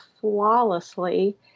flawlessly